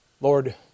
Lord